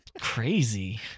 crazy